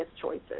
choices